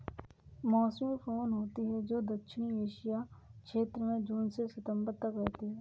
मौसमी पवन होती हैं, जो दक्षिणी एशिया क्षेत्र में जून से सितंबर तक रहती है